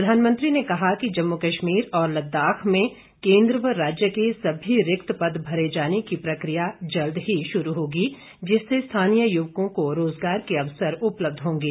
प्रधानमंत्री ने कहा कि जम्मू कश्मीर और लद्दाख में केन्द्र व राज्य के सभी रिक्त पद भरे जाने की प्रक्रिया जल्द ही शुरू होगी जिससे स्थानीय युवकों को रोजगार के अवसर उपलब्ध होंगे